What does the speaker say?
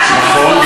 נכון,